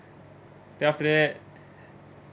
then after that